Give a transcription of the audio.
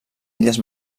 illes